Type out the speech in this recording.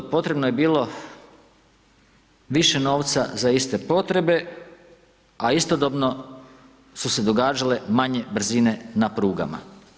Potrebno je bilo više novca za iste potrebe, a istodobno su se događale manje brzine na prugama.